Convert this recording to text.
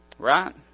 right